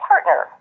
partner